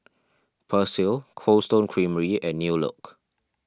Persil Cold Stone Creamery and New Look